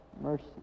mercy